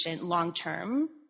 long-term